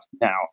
now